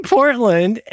Portland